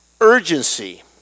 Urgency